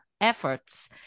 efforts